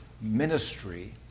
ministry